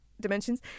dimensions